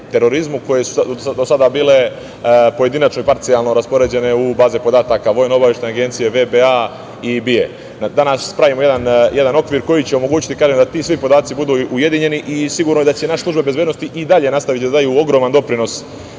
terorizmu koje su do sada bile pojedinačno i parcijalno raspoređene u baze podataka Vojnoobaveštajne agencije, VBA i BIA. Danas pravimo jedan okvir koji će omogućiti, kažem, da svi ti podaci budu ujedinjeni i sigurno je da će naše službe bezbednosti i dalje nastaviti da daju ogroman doprinos